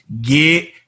get